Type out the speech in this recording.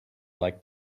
like